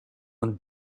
een